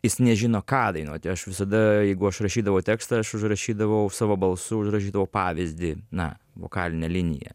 jis nežino ką dainuoti aš visada jeigu aš rašydavau tekstą aš užrašydavau savo balsu užrašydavau pavyzdį na vokalinę liniją